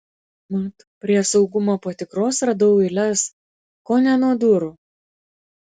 mat prie saugumo patikros radau eiles kone nuo durų